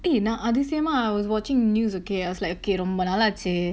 !hey! நா அதிசயமா:naa athisayamaa I was watching news okay I was like K ரொம்ப நாள் ஆச்சு:romba naal aachu